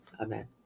Amen